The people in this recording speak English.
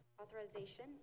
authorization